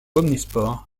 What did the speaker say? omnisports